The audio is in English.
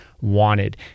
wanted